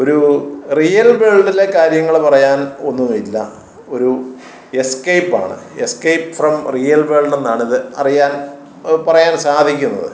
ഒരു റിയൽ വേൾഡിലെ കാര്യങ്ങൾ പറയാൻ ഒന്നു ഇല്ല ഒരു എസ്കേയ്പ്പാണ് എസ്കേപ് ഫ്രം റിയൽ വേൾഡെന്നാണിത് അറിയാൻ പറയാൻ സാധിക്കുന്നത്